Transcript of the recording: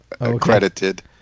accredited